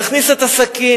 נכניס את הסכין,